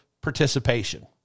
participation